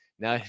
now